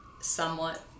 somewhat